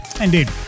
Indeed